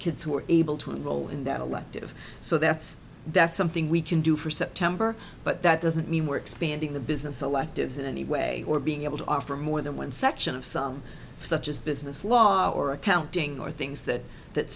kids who are able to enroll in that elective so that's that's something we can do for september but that doesn't mean we're expanding the business electives in any way or being able to offer more than one section of some such as business law or accounting or things that that